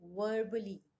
verbally